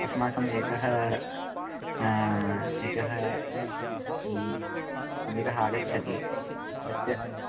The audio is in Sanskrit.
अस्माकम् एकः एकः क्रमिकः आगच्छति तस्य